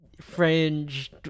fringe